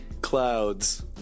clouds